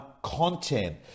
Content